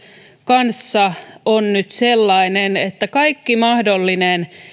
kanssa on nyt sellainen että kaikki mahdollinen